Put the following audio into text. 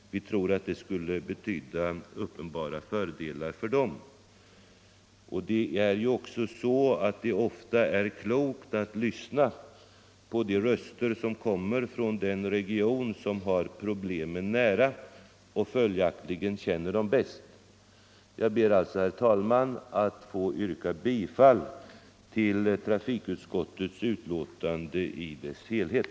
Vi tror att det skulle medföra uppenbara fördelar för Gotland. Det är ju ofta klokt att lyssna till dem som bor i regionen, som har problemen nära och följaktligen känner dem bäst. Jag ber, herr talman, att få yrka bifall till trafikutskottets hemställan i dess helhet.